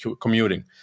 commuting